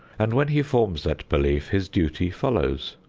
and when he forms that belief his duty follows,